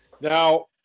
Now